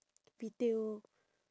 retail